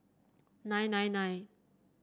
nine nine nine